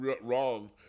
wrong